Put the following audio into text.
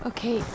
Okay